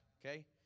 okay